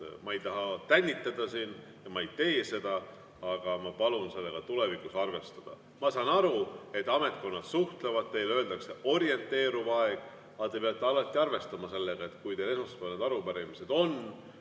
Ma ei taha tänitada siin ja ma ei tee seda, aga ma palun sellega tulevikus arvestada. Ma saan aru, et ametkonnad suhtlevad, teile öeldakse orienteeriv aeg, aga te peate alati arvestama sellega, et kui need esmaspäevased arupärimised on,